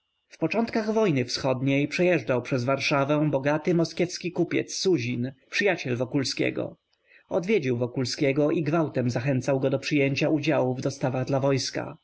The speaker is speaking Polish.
w początkach wojny wschodniej przejeżdżał przez warszawę bogaty moskiewski kupiec suzin przyjaciel wokulskiego odwiedził wokulskiego i gwałtem zachęcał go do przyjęcia udziału w dostawach dla wojska